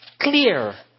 clear